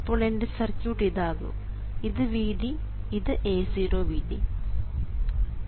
അപ്പോൾ എൻറെ സർക്യൂട്ട് ഇതാകും ഇത് Vd ഇത് A0 Vd